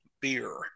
beer